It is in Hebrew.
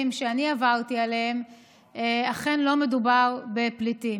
שאני עברתי עליהם אכן לא מדובר בפליטים.